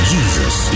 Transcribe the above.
Jesus